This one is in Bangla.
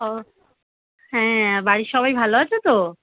ও হ্যাঁ বাড়ির সবাই ভালো আছে তো